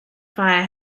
fire